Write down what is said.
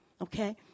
okay